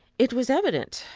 it was evident,